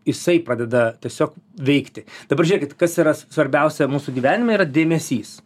jisai pradeda tiesiog veikti dabar žiūrėkit kas yra svarbiausia mūsų gyvenime yra dėmesys